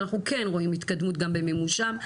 אנחנו כן רואים התקדמות גם במימושם?